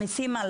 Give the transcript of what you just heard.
המיסים על